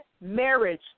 marriage